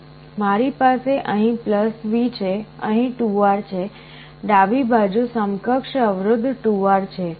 મારી પાસે અહીં V છે અહીં 2R છે ડાબી બાજુ સમકક્ષ અવરોધ 2R છે